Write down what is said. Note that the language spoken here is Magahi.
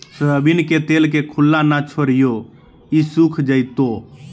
सोयाबीन तेल के खुल्ला न छोरीहें ई सुख जयताऊ